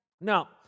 Now